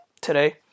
today